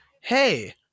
hey